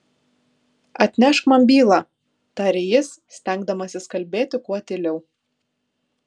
atnešk man bylą tarė jis stengdamasis kalbėti kuo tyliau